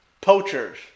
poachers